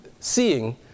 seeing